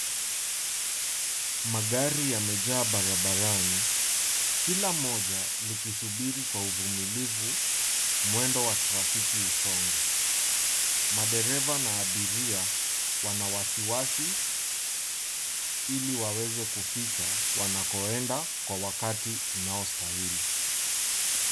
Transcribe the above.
Magari yamejaa barabarani. Kila moja likisubiri kwa uvumilivu, mwendo wa trafiki usonge. Madereva na abiria wanawasiwasi, ili waweze kufika wanakoenda kwa wakati unaostahili.